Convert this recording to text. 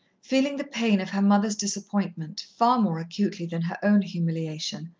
feeling the pain of her mother's disappointment far more acutely than her own humiliation,